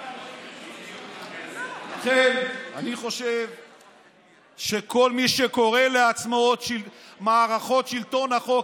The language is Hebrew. לכן אני חושב שכל מי שקורא לעצמו מערכות שלטון החוק,